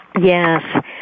Yes